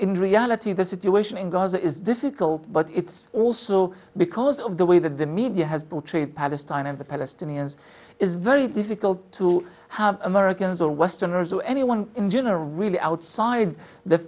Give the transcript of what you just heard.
in reality the situation in gaza is difficult but it's also because of the way that the media has portrayed palestine and the palestinians is very difficult to have americans or westerners who anyone in general really outside the